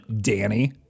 Danny